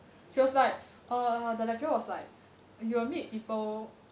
she was like err the lecturer was like you will meet people